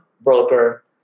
broker